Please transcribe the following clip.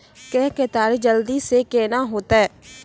के केताड़ी जल्दी से के ना होते?